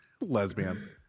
Lesbian